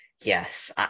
yes